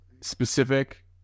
specific